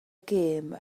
gêm